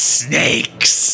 snakes